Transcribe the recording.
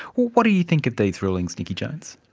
what you think these rulings, nicky jones?